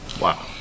wow